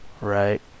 right